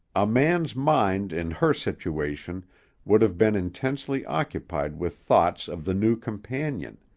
a man's mind in her situation would have been intensely occupied with thoughts of the new companion,